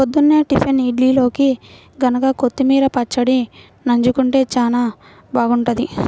పొద్దున్నే టిఫిన్ ఇడ్లీల్లోకి గనక కొత్తిమీర పచ్చడి నన్జుకుంటే చానా బాగుంటది